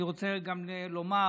אני רוצה גם לומר